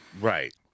Right